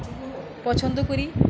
পছন্দ করি